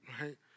right